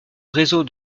réseau